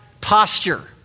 posture